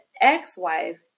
ex-wife